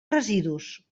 residus